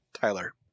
Tyler